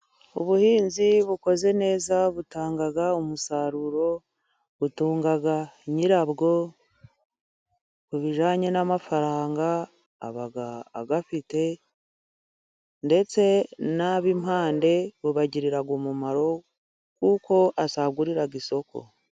Ubuhinzi bukozwe neza, butanga umusaruro, butunga nyirabwo, ku bijyanye n'amafaranga aba ayafite, ndetse n'ab'impande bubagirira umumaro kuko asagurira isoko.